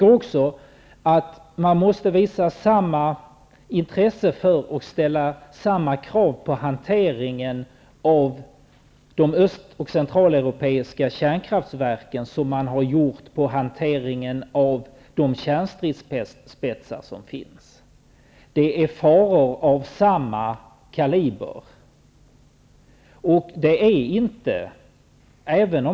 Jag tycker att man måste visa samma intresse för och ställa samma krav på hanteringen av de öst och centraleuropeiska kärnkraftverken som man har gjort när det gällt hanteringen av de kärnstridsspetsar som finns. Det är faror av samma kaliber.